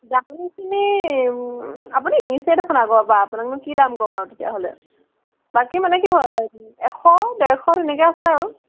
দামখিনি আপুনি নিছেই দেখোন আগৰপৰা আপোনাকনো কি দাম কম আৰু তেতিয়াহ'লে বাকী মানে কি হয় এশ ডেৰশ তেনেকৈ আছে আৰু